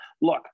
Look